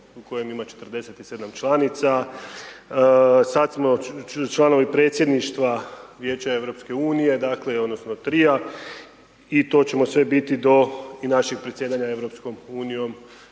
u kojem ima 47 članica, sad smo članovi predsjedništva Vijeća EU, dakle, odnosno Tria i to ćemo sve biti do i našeg predsjedanja EU-om početkom